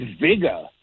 vigor